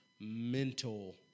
mental